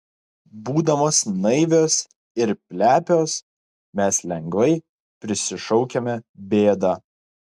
būdamos naivios ir plepios mes lengvai prisišaukiame bėdą